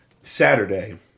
Saturday